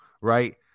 right